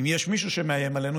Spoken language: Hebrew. אם יש מישהו שמאיים עלינו,